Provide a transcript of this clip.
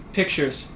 pictures